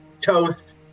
toast